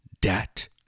debt